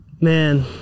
Man